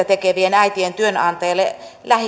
tekevien äitien työnantajille